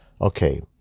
Okay